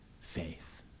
faith